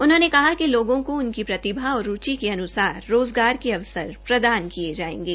उन्होंने कहा कि लोगों को उनकी प्रतिभा और रूचि के अनुसार रोजगार के अवसर प्रदान किए जायेंगे